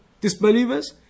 disbelievers